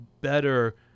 better